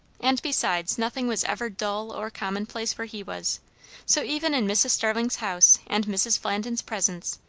and besides, nothing was ever dull or commonplace where he was so even in mrs. starling's house and mrs. flandin's presence,